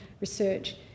research